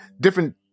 Different